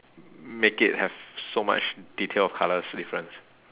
make it have so much detail of colours difference